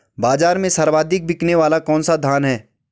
बाज़ार में सर्वाधिक बिकने वाला कौनसा धान है?